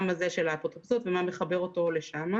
הזה של האפוטרופסות ומה מחבר אותו לשם.